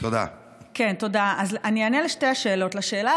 עדותו של מוהנד יאסין,